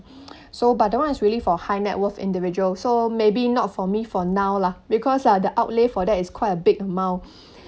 so but that one is really for high net worth individuals so maybe not for me for now lah because ah the outlay for that is quite a big amount